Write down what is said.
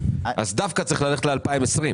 דווקא צריך ללכת ל-2020.